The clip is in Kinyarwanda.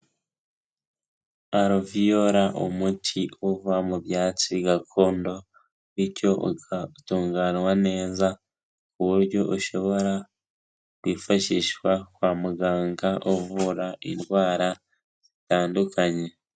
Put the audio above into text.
Aruviyora umuti uva mu byatsi gakondo, bityo ugatunganywa neza ku buryo ushobora kwifashishwa kwa muganga uvura indwara zitandukanye.